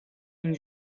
une